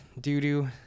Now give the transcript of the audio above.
doo-doo